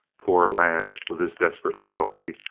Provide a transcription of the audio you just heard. poor lad, with his desperate loyalty,